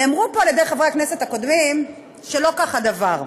נאמר פה על-ידי חברי הכנסת הקודמים שלא כך הדבר.